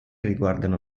riguardano